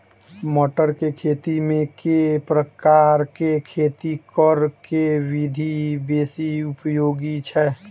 मटर केँ खेती मे केँ प्रकार केँ खेती करऽ केँ विधि बेसी उपयोगी छै?